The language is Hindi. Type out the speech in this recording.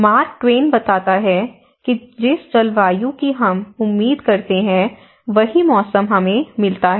मार्क ट्वेन बताता है कि जिस जलवायु की हम उम्मीद करते हैं वही मौसम मिलता है